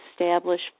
establish